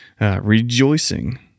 rejoicing